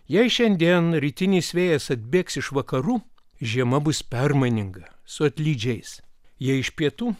jei šiandien rytinis vėjas atbėgs iš vakarų žiema bus permaininga su atlydžiais jei iš pietų